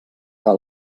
que